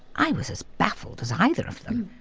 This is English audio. i was as baffled as either of them,